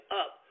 up